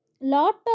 lot